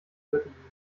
gürtellinie